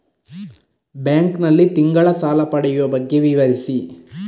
Bank ನಲ್ಲಿ ತಿಂಗಳ ಸಾಲ ಪಡೆಯುವ ಬಗ್ಗೆ ವಿವರಿಸಿ?